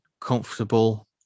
comfortable